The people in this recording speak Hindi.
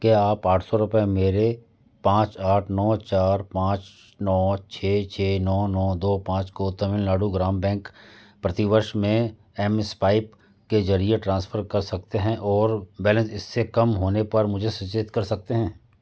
क्या आप आठ सौ रुपये मेरे पाँच आठ नौ चार पाँच नौ छः छः नौ नौ दो पाँच को तमिलनाडु ग्राम बैंक प्रतिवर्ष में एमस्वाइप के जरिए ट्रांसफर कर सकते हैं और बैलेंस इससे कम होने पर मुझे सचेत कर सकते हैं